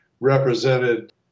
represented